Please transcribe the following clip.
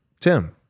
Tim